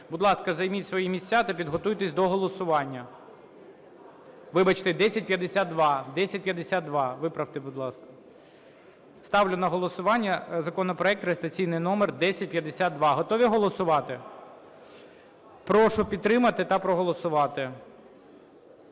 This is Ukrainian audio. Будь ласка, займіть свої місця та підготуйтесь до головування. Вибачте, 1052! 1052 – виправте, будь ласка. Ставлю на голосування законопроект, реєстраційний номер 1052. Готові голосувати? Прошу підтримати та проголосувати.